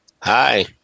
Hi